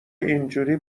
اینجوری